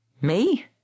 Me